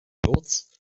kurz